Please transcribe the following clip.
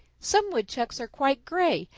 some woodchucks are quite gray,